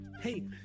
Hey